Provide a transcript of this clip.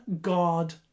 God